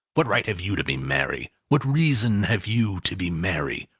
what right have you to be merry? what reason have you to be merry?